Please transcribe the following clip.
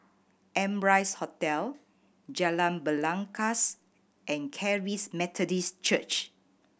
Amrise Hotel Jalan Belangkas and Charis Methodist Church